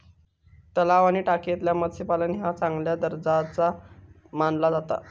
तलाव आणि टाकयेतला मत्स्यपालन ह्या चांगल्या दर्जाचा मानला जाता